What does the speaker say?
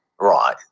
Right